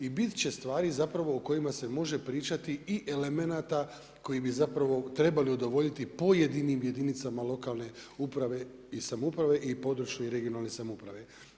I biti će stvari, zapravo, o kojima se može pričati i elementa koji bi zapravo trebale udovoljiti, pojedinim jedinica lokalne uprave i samouprave i područne i regionalne samouprave.